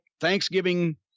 Thanksgiving